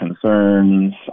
concerns